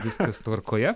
viskas tvarkoje